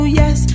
yes